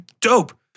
Dope